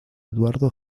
eduardo